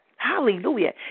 Hallelujah